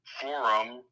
Forum